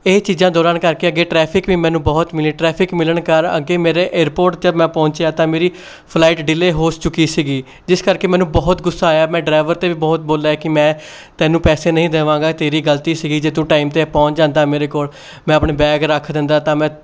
ਇਹ ਚੀਜ਼ਾਂ ਦੌਰਾਨ ਕਰਕੇ ਅੱਗੇ ਟਰੈਫਿਕ ਵੀ ਮੈਨੂੰ ਬਹੁਤ ਮਿਲੀ ਟਰੈਫਿਕ ਮਿਲਣ ਕਰਨ ਮੇਰੇ ਏਅਰਪੋਰਟ 'ਤੇ ਮੈਂ ਪਹੁੰਚਿਆ ਤਾਂ ਮੇਰੀ ਫਲਾਈਟ ਡਿਲੇਅ ਹੋ ਚੁੱਕੀ ਸੀ ਜਿਸ ਕਰਕੇ ਮੈਨੂੰ ਬਹੁਤ ਗੁੱਸਾ ਆਇਆ ਮੈਂ ਡਰਾਈਵਰ 'ਤੇ ਵੀ ਬਹੁਤ ਬੋਲਿਆ ਕਿ ਮੈਂ ਤੈਨੂੰ ਪੈਸੇ ਨਹੀਂ ਦੇਵਾਂਗਾ ਤੇਰੀ ਗਲਤੀ ਸੀਗੀ ਜੇ ਤੂੰ ਟਾਈਮ 'ਤੇ ਪਹੁੰਚ ਜਾਂਦਾ ਮੇਰੇ ਕੋਲ ਮੈਂ ਆਪਣੇ ਬੈਗ ਰੱਖ ਦਿੰਦਾ ਤਾਂ ਮੈਂ